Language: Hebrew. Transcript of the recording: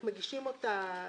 איך מגישים אותה.